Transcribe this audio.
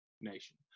nation